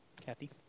Kathy